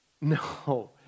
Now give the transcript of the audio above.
No